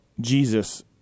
Jesus